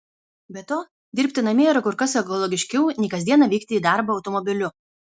be to dirbti namie yra kur kas ekologiškiau nei kas dieną vykti į darbą automobiliu